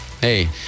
Hey